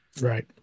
Right